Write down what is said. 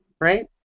right